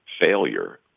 failure